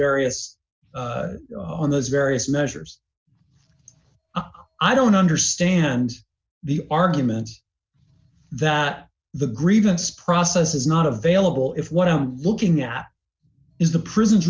various on those various measures i don't understand the arguments that the grievance process is not available if what i'm looking at is the prisons